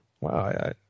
Wow